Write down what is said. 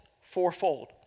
fourfold